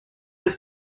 ist